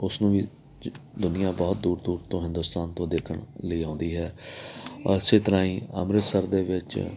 ਉਸ ਨੂੰ ਵੀ ਜ ਦੁਨੀਆ ਬਹੁਤ ਦੂਰ ਦੂਰ ਤੋਂ ਹਿੰਦੁਸਤਾਨ ਤੋਂ ਦੇਖਣ ਲਈ ਆਉਂਦੀ ਹੈ ਇਸ ਤਰ੍ਹਾਂ ਹੀ ਅੰਮ੍ਰਿਤਸਰ ਦੇ ਵਿੱਚ